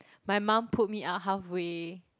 my mum pulled me out halfway